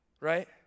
right